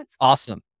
Awesome